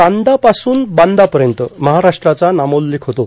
चांदापासून बांदापर्यंत महाराष्ट्राचा नामोल्लेख होतो